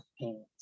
pains